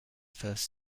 first